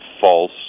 false